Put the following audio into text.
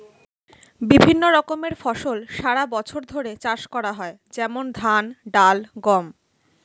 বিভিন্ন রকমের ফসল সারা বছর ধরে চাষ করা হয়, যেমন ধান, ডাল, গম